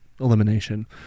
elimination